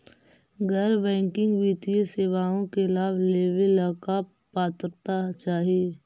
गैर बैंकिंग वित्तीय सेवाओं के लाभ लेवेला का पात्रता चाही?